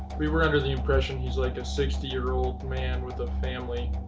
we were under the impression he's like a sixty year-old man with a family.